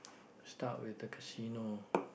start with the casino